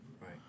Right